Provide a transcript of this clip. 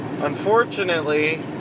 Unfortunately